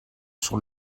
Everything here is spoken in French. sur